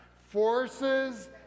forces